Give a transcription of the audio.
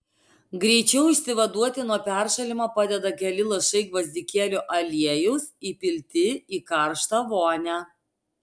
greičiau išsivaduoti nuo peršalimo padeda keli lašai gvazdikėlių aliejaus įpilti į karštą vonią